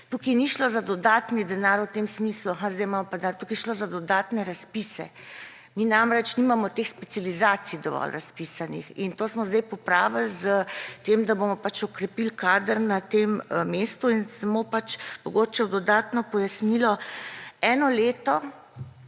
Tukaj ni šlo za dodatni denar v tem smislu, a ha, sedaj imamo pa denar, tukaj je šlo za dodatne razpise. Mi namreč nimamo teh specializacij dovolj razpisanih in to smo sedaj popravili s tem, da bomo okrepili kader na tem mestu. Samo mogoče v dodatno pojasnilo – eno leto